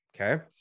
okay